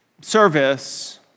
service